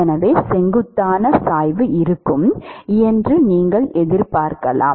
எனவே செங்குத்தான சாய்வு இருக்கும் என்று நீங்கள் எதிர்பார்க்கலாம்